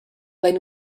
vein